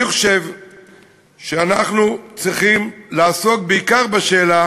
אני חושב שאנחנו צריכים לעסוק בעיקר בשאלה